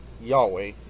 Yahweh